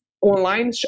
online